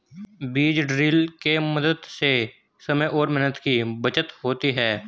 बीज ड्रिल के मदद से समय और मेहनत की बचत होती है